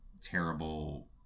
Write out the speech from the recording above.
terrible